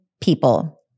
people